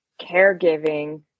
caregiving